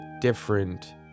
different